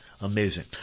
Amazing